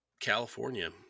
California